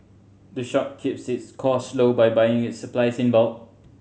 the shop keeps its costs low by buying its supplies in bulk